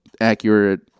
accurate